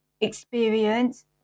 experience